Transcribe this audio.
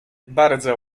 bardzo